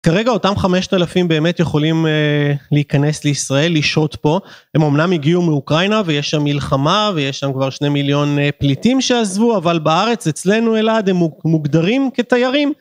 כרגע אותם חמשת אלפים באמת יכולים להיכנס לישראל, לשהות פה, הם אמנם הגיעו מאוקראינה ויש שם מלחמה ויש שם כבר שני מיליון פליטים שעזבו, אבל בארץ אצלנו אלעד הם מוגדרים כתיירים.